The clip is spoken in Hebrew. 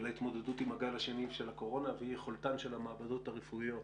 ההתמודדות עם הגל השני של הקורונה ואי-יכולתן של המעבדות הרפואיות